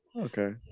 Okay